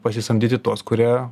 pasisamdyti tuos kurie